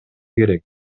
керек